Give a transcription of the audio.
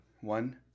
One